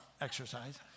exercise